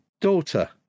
daughter